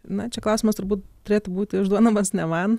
na čia klausimas turbūt turėtų būti užduodamas ne man